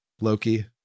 Loki